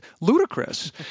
ludicrous